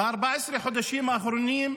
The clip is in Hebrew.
ב-14 החודשים האחרונים,